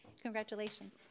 congratulations